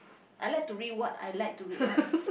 I like to read what I like to read on